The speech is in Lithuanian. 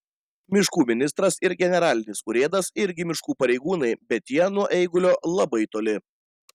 miškų ministras ir generalinis urėdas irgi miškų pareigūnai bet jie nuo eigulio labai toli